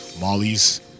Molly's